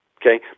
Okay